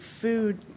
food